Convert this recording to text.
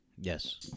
yes